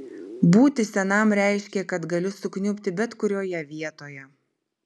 būti senam reiškė kad gali sukniubti bet kurioje vietoje